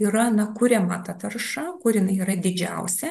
yra na kuriama ta tarša kur jinai yra didžiausia